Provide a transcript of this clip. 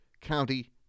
County